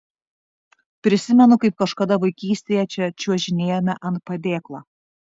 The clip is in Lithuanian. prisimenu kaip kažkada vaikystėje čia čiuožinėjome ant padėklo